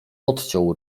odciął